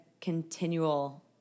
continual